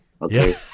Okay